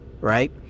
right